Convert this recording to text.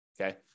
okay